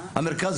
המרכז אומר,